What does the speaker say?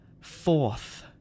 Fourth